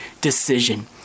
decision